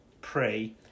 pray